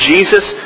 Jesus